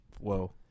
Whoa